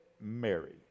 Mary